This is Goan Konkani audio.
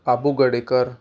आबू गडेकर